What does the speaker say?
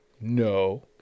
No